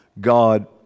God